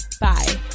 Bye